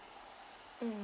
mm